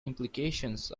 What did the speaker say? implications